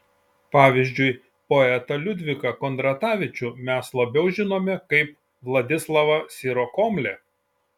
pavyzdžiui poetą liudviką kondratavičių mes labiau žinome kaip vladislavą sirokomlę